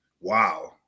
wow